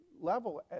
level